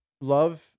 love